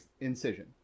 incision